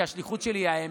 כי השליחות שלי היא האמת,